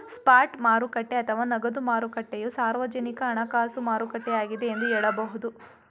spot ಮಾರುಕಟ್ಟೆ ಅಥವಾ ನಗದು ಮಾರುಕಟ್ಟೆಯು ಸಾರ್ವಜನಿಕ ಹಣಕಾಸು ಮಾರುಕಟ್ಟೆಯಾಗಿದ್ದೆ ಎಂದು ಹೇಳಬಹುದು